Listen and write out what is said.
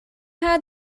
heard